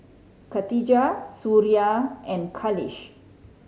Khatijah Suria and Khalish